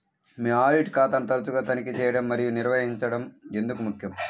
మీ audit ఖాతాను తరచుగా తనిఖీ చేయడం మరియు నిర్వహించడం ఎందుకు ముఖ్యం?